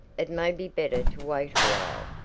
it may be better to wait awhile.